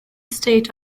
state